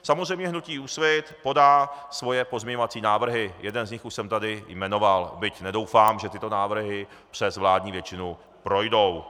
Samozřejmě hnutí Úsvit podá svoje pozměňovací návrhy, jeden z nich už jsem tady jmenoval, byť nedoufám, že tyto návrhy přes vládní většinu projdou.